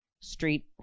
street